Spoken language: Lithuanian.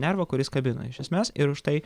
nervą kuris kabina iš esmės ir už tai